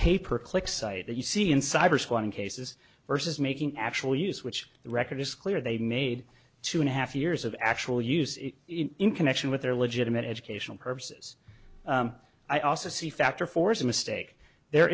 pay per click site that you see in cyber spying cases versus making actual use which the record is clear they made two and a half years of actual use in connection with their legitimate educational purposes i also see factor for as a mistake there